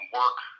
work